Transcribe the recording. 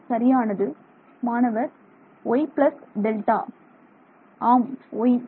சரியானது மாணவர் y plus delta ஆம் y